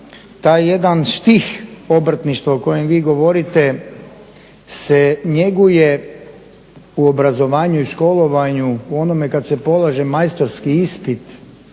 taj jedan štih obrtništva o kojem vi govorite se njeguje u obrazovanju i školovanju u onome kada se polaže majstorski ispit,